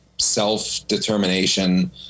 self-determination